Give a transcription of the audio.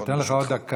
אני נותן לך עוד דקה.